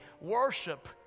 worship